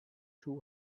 two